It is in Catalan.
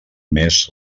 més